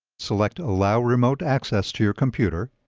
select allow remote access to your computer